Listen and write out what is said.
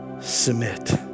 Submit